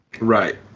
Right